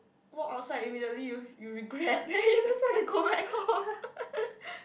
walk outside immediately you you regret then you just want to go back home